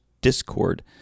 discord